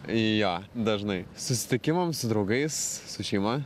jo dažnai susitikimam su draugais su šeima